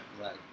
Right